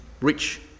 rich